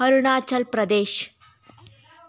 Arunachal Pradesh